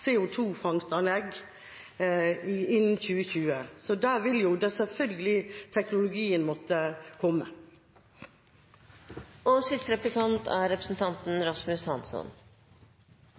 innen 2020 – så der vil jo da selvfølgelig teknologien måtte komme.